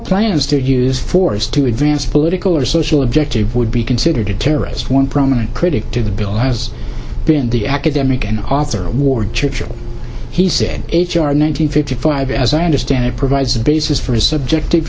plans to use force to advance a political or social objective would be considered a terrorist one prominent critic to the bill has been the academic and author of ward churchill he said h r nine hundred fifty five as i understand it provides the basis for a subjective